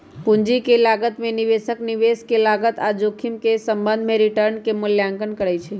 पूंजी के लागत में निवेशक निवेश के लागत आऽ जोखिम के संबंध में रिटर्न के मूल्यांकन करइ छइ